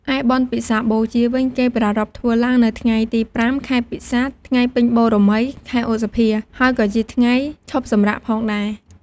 ឯបុណ្យពិសាខបូជាវិញ គេប្រារព្ធធ្វើឡើងនៅថ្ងៃទី ៥ ខែពិសាខ ថ្ងៃពេញបូរមី ខែឧសភា ហើយក៏ជាថ្ងៃឈប់សម្រាកផងដែរ ។